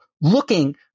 looking